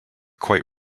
quite